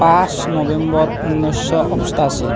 পাঁচ নৱেম্বৰ ঊনৈছশ অষ্টাশী